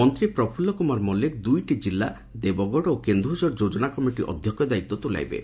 ମନ୍ତୀ ପ୍ରଫୁଲ୍ କୁମାର ମଲ୍କିକ ଦୁଇଟି କିଲ୍କା ଦେବଗଡ଼ ଓ କେନ୍ଦୁଝର ଯୋଜନା କମିଟି ଅଧ୍ୟକ୍ଷ ଦାୟିତ୍ୱ ତୁଲାଇବେ